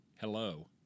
Hello